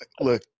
look